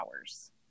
hours